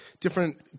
different